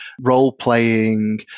role-playing